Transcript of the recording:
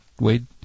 Wade